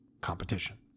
competition